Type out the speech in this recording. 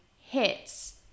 hits